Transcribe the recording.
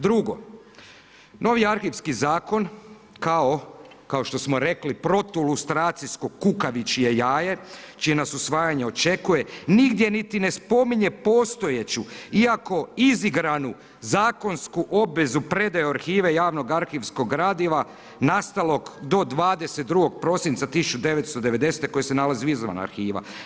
Drugo, novi arhivski zakon kao što smo rekli protu lustracijsku kukavičje jaje, čije nas usvajanje očekuje, nigdje niti ne spominje postojeću, iako izigranu zakonsku obvezu predaju arhive javnog arhivskog gradiva nastalog do 22. prosinca 1990. koje se nalazi izvan arhiva.